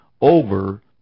over